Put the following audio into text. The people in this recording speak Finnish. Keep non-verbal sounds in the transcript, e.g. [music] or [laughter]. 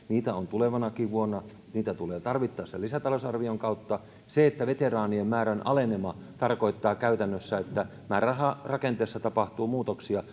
[unintelligible] niitä on tulevanakin vuonna niitä tulee tarvittaessa lisätalousarvion kautta se että veteraanien määrän alenema tarkoittaa käytännössä että määräraharakenteessa tapahtuu muutoksia [unintelligible]